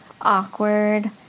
awkward